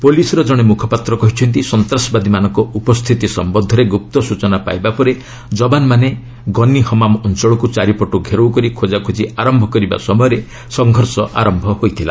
ପୁଲିସ୍ର ଜଣେ ମୁଖପାତ୍ର କହିଛନ୍ତି ସନ୍ତାସବାଦୀମାନଙ୍କ ଉପସ୍ଥିତି ସମ୍ୟନ୍ଧରେ ଗୁପ୍ତ ସୂଚନା ପାଇବା ପରେ ଯବାନମାନେ ଗନି ହମାମ୍ ଅଞ୍ଚଳକୁ ଚାରିପଟୁ ଘେରାଉ କରି ଖୋକାଖୋଜି ଆରମ୍ଭ କରିବା ସମୟରେ ସଂଘର୍ଷ ଆରମ୍ଭ ହୋଇଥିଲା